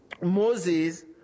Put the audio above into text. Moses